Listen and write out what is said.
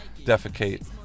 defecate